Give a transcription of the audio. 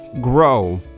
grow